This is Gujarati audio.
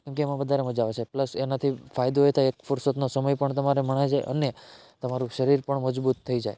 કેમકે એમાં વધારે મજા આવે છે પ્લસ એનાથી ફાયદો એ થાય ફુરસતનો સમય પણ તમારે મણાઈ જાય અને તમારું શરીર પણ મજબૂત થઇ જાય